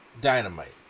Dynamite